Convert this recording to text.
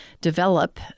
develop